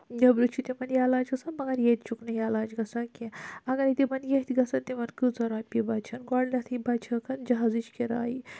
نٮ۪بر چھ تِمَن یِلاج گَژھان مَگَر ییٚتہِ چھُکھ نہٕ یِلاج گَژھان کیٚنٛہہ اَگَرے تِمَن یِتھ گَژھَن تِمَن کۭژَہ رۄپیہِ بَچِہان گۄڈٕنیٚتھٕے بَچِہٲکھ جَہازٕچ کِراے